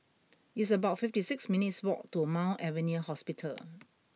it's about fifty six minutes' walk to Mount Alvernia Hospital